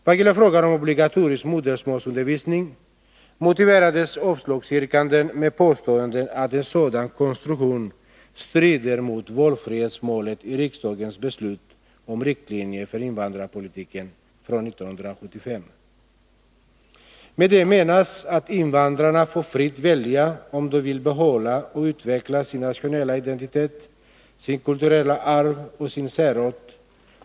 Vad gäller frågan om obligatorisk modermålsundervisning, moti Nr 120 verades avslagsyrkandena med påståendet att en sådan konstruktion strider mot valfrihetsmålet i riksdagens beslut om riktlinjer för invandrarpolitiken från 1975. Med det menas att invandrarna får fritt välja om de vill behålla och utveckla sin nationella identitet, sitt kulturella arv och sin särart.